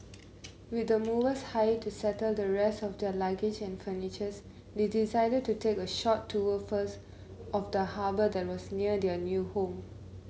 with the movers hired to settle the rest of their luggage and furniture's they decided to take a short tour first of the harbour that was near their new home